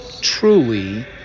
truly